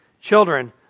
Children